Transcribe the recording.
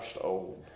old